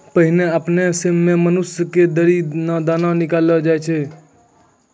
पहिने आपने सें मनुष्य दौरी करि क दाना निकालै छलै